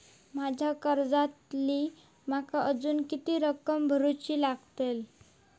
माझ्या कर्जातली माका अजून किती रक्कम भरुची लागात?